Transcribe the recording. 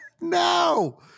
No